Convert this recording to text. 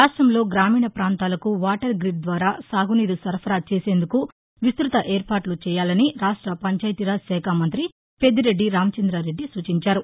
రాష్టంలో గ్రామీణ ప్రాంతాలకు వాటర్ గ్రిడ్ ద్వారా సాగునీరు సరఫరా చేసేందుకు విస్తృత ఏర్పాట్ల చేయాలని రాష్ట పంచాయితీ రాజ్ శాఖ మంత్రి పెద్దిరెడ్డి రామచంద్రారెడ్డి సూచించారు